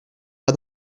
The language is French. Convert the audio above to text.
pas